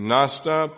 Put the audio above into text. Nasta